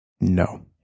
No